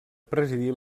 presidí